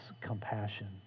compassion